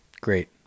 great